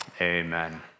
Amen